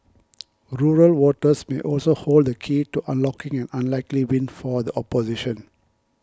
rural voters may also hold the key to unlocking an unlikely win for the opposition